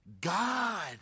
God